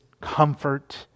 comfort